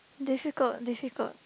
difficult difficult